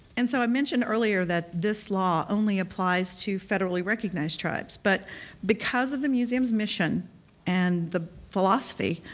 and so i mentioned earlier that this law only applies to federally recognized tribes. but because of the museum's mission and the philosophy,